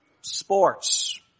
sports